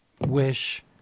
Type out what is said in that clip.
wish